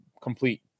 complete